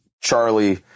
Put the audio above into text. Charlie